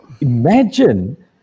imagine